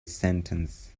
sentence